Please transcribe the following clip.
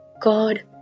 God